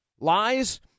Lies